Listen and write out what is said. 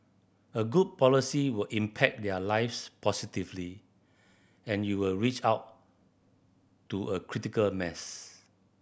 a good policy will impact their lives positively and you will reach out to a critical mass